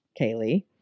Kaylee